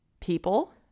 People